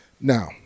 Now